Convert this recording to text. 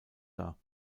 dar